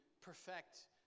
perfect